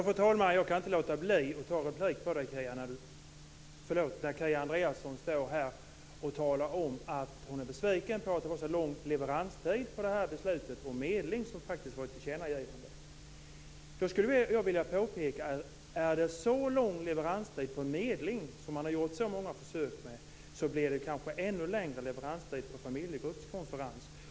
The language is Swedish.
Fru talman! Jag kan inte låta bli att replikera på Kia Andreassons anförande. Hon sade att hon var besviken på att det var så lång leveranstid på beslutet om medling. Då vill jag påpeka att om det är så lång leveranstid beträffande medling kanske leveranstiden blir ännu längre för familjgruppskonferens.